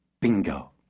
BINGO